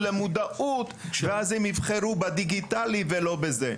למודעות ואז הם יבחרו בדיגיטלי ולא בזה.